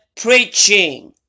preaching